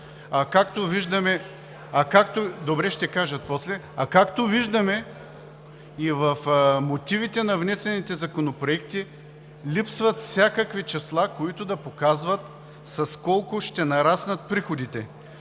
А както виждаме, и в мотивите на внесените законопроекти липсват всякакви числа, които да показват с колко ще нараснат приходите.